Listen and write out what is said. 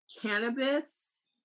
cannabis